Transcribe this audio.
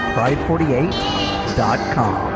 Pride48.com